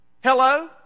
Hello